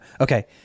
Okay